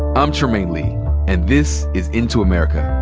i'm trymaine lee and this is into america.